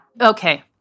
Okay